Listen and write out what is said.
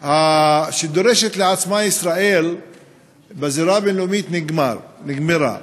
שדורשת לעצמה ישראל בזירה הבין-לאומית נגמרה.